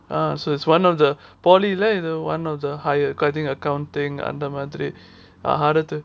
uh so is one of the polytechnic leh uh one of the higher including accounting அந்த மாதிரி:andha madhiri are harder to